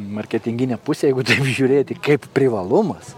marketinginę pusę jeigu taip žiūrėti kaip privalumas